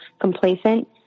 complacent